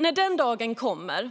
När den dagen kommer